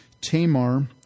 Tamar